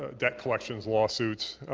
ah debt collections, lawsuits.